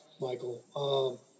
Michael